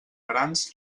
grans